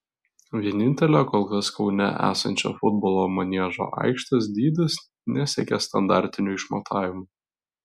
vienintelio kol kas kaune esančio futbolo maniežo aikštės dydis nesiekia standartinių išmatavimų